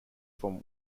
from